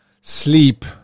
sleep